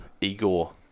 Igor